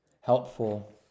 helpful